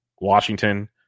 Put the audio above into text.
Washington